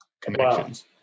Connections